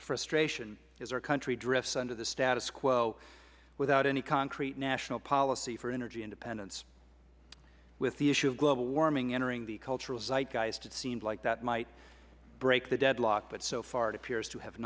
frustration as our country drifts under the status quo without any concrete national policy for energy independence with the issue of global warming entering the cultural zeitgeist it seemed like that might break the deadlock but so far it appears to have